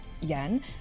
yen